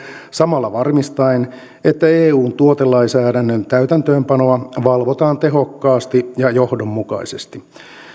samalla varmistaen että eun tuotelainsäädännön täytäntöönpanoa valvotaan tehokkaasti ja johdonmukaisesti